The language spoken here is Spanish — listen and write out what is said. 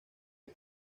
que